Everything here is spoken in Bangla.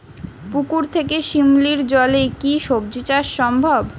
পুকুর থেকে শিমলির জলে কি সবজি চাষ সম্ভব?